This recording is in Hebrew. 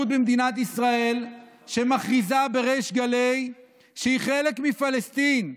במדינת ישראל שמכריזה בריש גלי שהיא חלק מפלסטין?